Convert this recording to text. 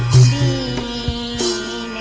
e